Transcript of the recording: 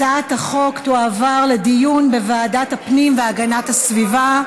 הצעת החוק תועבר לדיון בוועדת הפנים והגנת הסביבה.